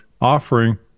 offering